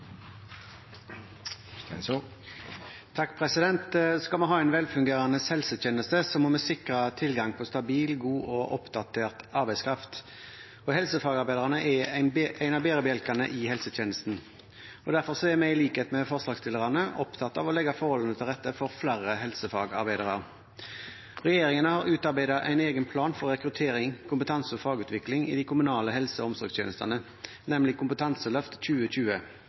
en velfungerende helsetjeneste, må vi sikre tilgang på stabil, god og oppdatert arbeidskraft. Helsefagarbeiderne er en av bærebjelkene i helsetjenesten. Derfor er vi, i likhet med forslagsstillerne, opptatt av å legge forholdene til rette for flere helsefagarbeidere. Regjeringen har utarbeidet en egen plan for rekruttering, kompetanse- og fagutvikling i de kommunale helse- og omsorgstjenestene, nemlig Kompetanseløft 2020.